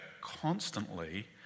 constantly